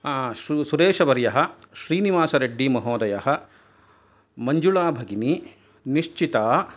सु सुरेशवर्यः श्रीनिवासरेड्डिमहोदयः मञ्जुलाभगिनी निश्चिता